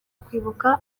kwibuka